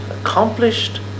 accomplished